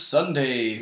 Sunday